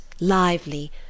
lively